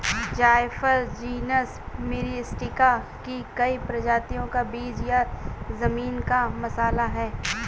जायफल जीनस मिरिस्टिका की कई प्रजातियों का बीज या जमीन का मसाला है